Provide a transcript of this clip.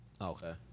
okay